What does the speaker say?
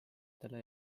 talle